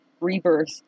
Rebirth